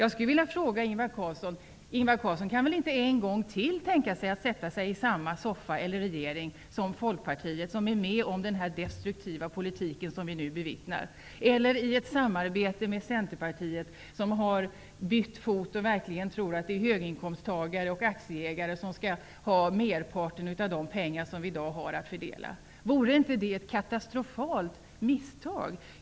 Jag skulle vilja fråga Ingvar Carlsson: Ingvar Carlsson kan väl inte tänka sig att att än en gång sätta sig i samma soffa som Folkpartiet, som är med om den destruktiva politik som vi bevittnar, eller ha ett samarbete med Centern, som har bytt fot och verkligen tror att det är höginskomsttagare och aktieägare som skall ha merparten av de pengar som vi i dag har att fördela? Vore det inte ett katastrofalt misstag?